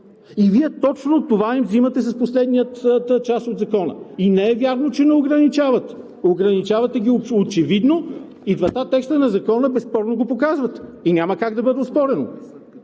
и Вие точно това им взимате с последната част от Закона. И не е вярно, че не ги ограничавате, ограничавате ги очевидно и в двата текста на Закона безспорно го показвате, и няма как да бъде оспорено.